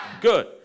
Good